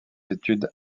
études